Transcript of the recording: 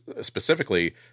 specifically